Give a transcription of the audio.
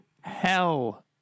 hell